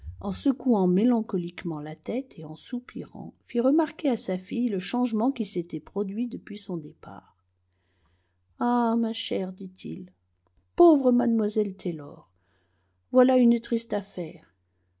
en secouant mélancoliquement la tête et en soupirant fit remarquer à sa fille le changement qui s'était produit depuis son départ ah ma chère dit-il pauvre mlle taylor voilà une triste affaire